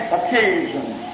occasions